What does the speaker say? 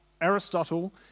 Aristotle